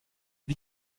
wie